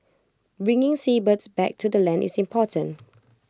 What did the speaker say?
bringing seabirds back to the land is important